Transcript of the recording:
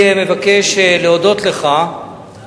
אני מבקש להודות לך על מה שנעשה בחוק ההסדרים,